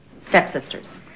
Stepsisters